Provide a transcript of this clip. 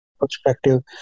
perspective